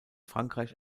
frankreich